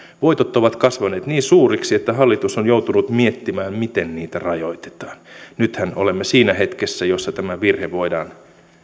voitot ovat kasvaneet niin suuriksi että hallitus on joutunut miettimään miten niitä rajoitetaan nythän olemme siinä hetkessä jossa tämä virhe voidaan